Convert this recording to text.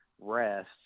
rest